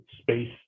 space